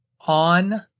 On